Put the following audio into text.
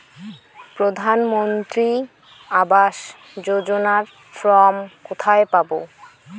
প্রধান মন্ত্রী আবাস যোজনার ফর্ম কোথায় পাব?